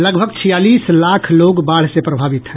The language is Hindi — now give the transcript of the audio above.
लगभग छियालीस लाख लोग बाढ़ से प्रभावित हैं